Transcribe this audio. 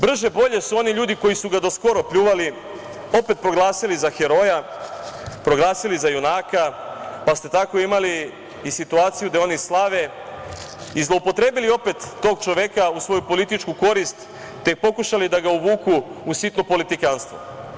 Brže bolje su oni ljudi koji su ga do skora pljuvali, opet proglasili za heroja, proglasili za junaka, pa ste tako imali i situaciju gde oni slave i zloupotrebili opet tog čoveka u svoju političku korist, te pokušali da ga uvuku u sitno politikanstvo.